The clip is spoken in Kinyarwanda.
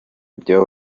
ibyo